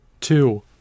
two